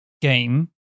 game